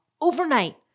overnight